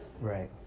Right